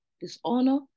dishonor